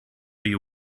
you